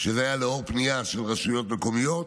שזה היה לאור פנייה של רשויות מקומיות,